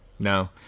No